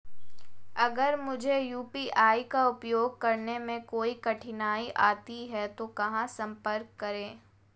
अगर मुझे यू.पी.आई का उपयोग करने में कोई कठिनाई आती है तो कहां संपर्क करें?